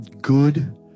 good